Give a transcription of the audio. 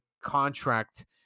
contract